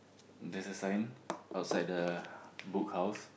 there's a sign outside the Book House